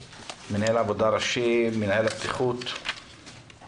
מנהל עבודה ראשי וראש מינהל הבטיחות במשרד העבודה והרווחה,